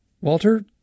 Walter